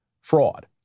fraud